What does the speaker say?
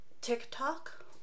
TikTok